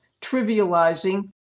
trivializing